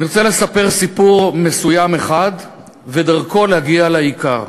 אני רוצה לספר סיפור מסוים אחד ודרכו להגיע לעיקר.